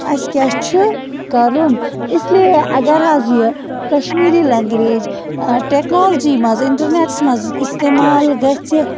اَسہِ کیٛاہ چھُ کَرُن اِس لیے اگر حظ یہِ کشمیٖری لنٛگویج ٹٮ۪کنالجی منٛز اِنٹرنٮ۪ٹَس مںٛز اِستعمال گَژھِ